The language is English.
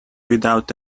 without